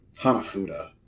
Hanafuda